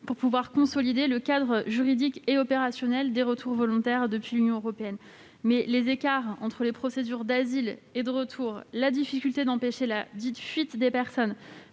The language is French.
pour pouvoir consolider le cadre juridique et opérationnel des retours volontaires depuis l'Union européenne. Cependant, les écarts entre les procédures d'asile et de retour, la difficulté d'empêcher la fuite des personnes,